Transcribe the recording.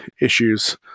issues